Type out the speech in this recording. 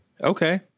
Okay